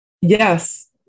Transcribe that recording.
Yes